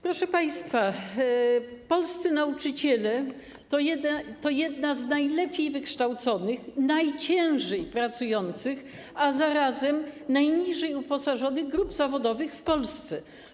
Proszę państwa, polscy nauczyciele to jedna z najlepiej wykształconych, najciężej pracujących, a zarazem najniżej uposażonych grup zawodowych w Polsce.